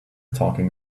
talking